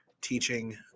teaching